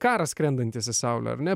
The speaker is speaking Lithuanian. karą skrendantys į saulę ar ne